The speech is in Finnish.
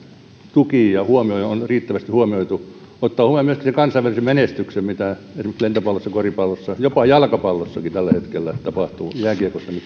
tuki ja huomio on riittävästi huomioitu ottaen huomioon myöskin sen kansainvälisen menestyksen mitä esimerkiksi lentopallossa koripallossa jopa jalkapallossakin tällä hetkellä tapahtuu jääkiekosta nyt